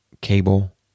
cable